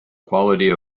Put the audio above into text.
quality